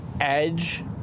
edge